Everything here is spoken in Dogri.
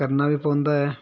करना बी पौंदा ऐ